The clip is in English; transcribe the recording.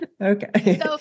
Okay